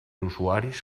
usuaris